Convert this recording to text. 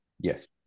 Yes